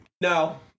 No